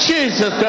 Jesus